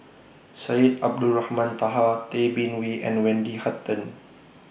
Syed Abdulrahman Taha Tay Bin Wee and Wendy Hutton